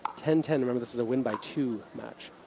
ten, ten, remember this is a win by two match,